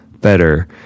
better